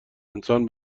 انسان